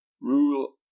rule